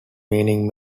meaning